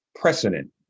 precedent